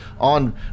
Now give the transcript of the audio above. on